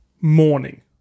morning